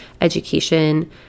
education